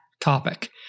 topic